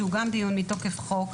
שהוא גם דיון מתוקף חוק,